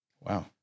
Wow